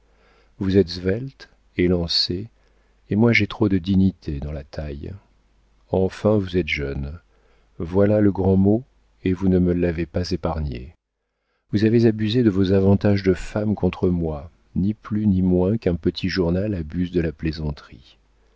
vous êtes svelte élancée et moi j'ai trop de dignité dans la taille enfin vous êtes jeune voilà le grand mot et vous ne me l'avez pas épargné vous avez abusé de vos avantages de femme contre moi ni plus ni moins qu'un petit journal abuse de la plaisanterie